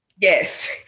Yes